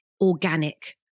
organic